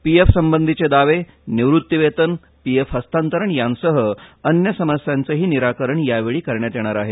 P F संबंधीचे दावे निवृत्तीवेतन पी एफ हस्तांतरण यासंह अन्य समस्यांचेही निराकरण यावेळी करण्यात येणार आहे